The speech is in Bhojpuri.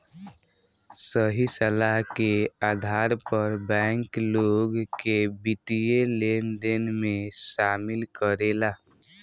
सही सलाह के आधार पर बैंक, लोग के वित्तीय लेनदेन में शामिल करेला